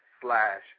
slash